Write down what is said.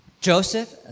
Joseph